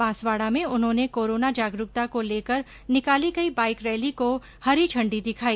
बांसवाड़ा में उन्होने कोरोना जागरूकता को लेकर निकाली गई बाईक रैली को हरी इंडी दिखाई